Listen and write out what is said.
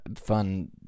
fun